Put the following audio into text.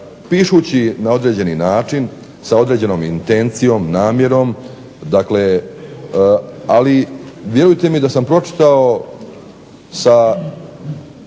pišući na određeni način sa određenom intencijom, namjerom, ali vjerujte mi da sam pročitao sa